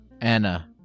Anna